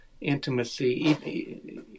intimacy